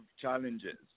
challenges